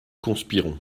conspirons